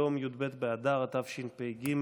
י"ב באדר התשפ"ג,